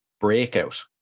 Breakout